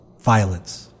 violence